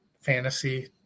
fantasy